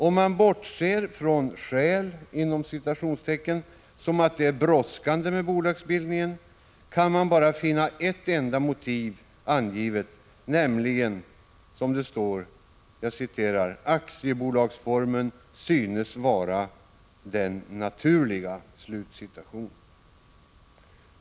Om man bortser från ”skäl” som att det är brådskande med bolagsbildningen, kan man bara finna ett enda motiv angivet, nämligen att ”aktiebolagsformen synes vara den naturliga”.